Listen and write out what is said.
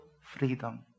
freedom